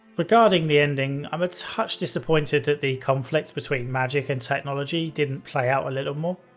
regarding the ending, i'm a touch disappointed that the conflict between magick and technology didn't play out a little more.